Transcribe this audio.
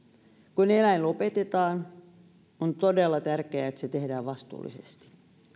kun eläin lopetetaan on todella tärkeää että se tehdään vastuullisesti